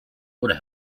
would